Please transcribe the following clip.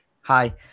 Hi